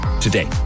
today